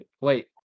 Wait